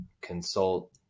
consult